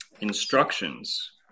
instructions